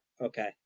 Okay